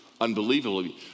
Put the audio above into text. unbelievably